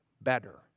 better